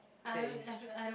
that is true